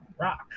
rock